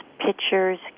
pictures